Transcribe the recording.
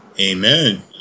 Amen